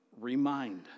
remind